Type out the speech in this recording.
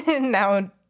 now